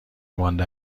مانده